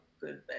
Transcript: good